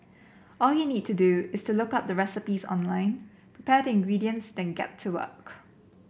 all you need to do is to look up the recipes online prepare the ingredients then get to work